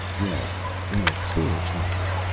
yes. in a storage locker.